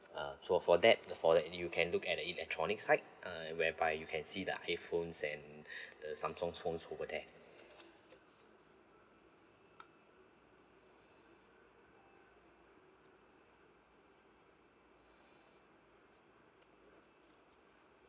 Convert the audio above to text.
uh for for that for that you can look at the electronic side uh whereby you can see the iphones and the samsung phones over there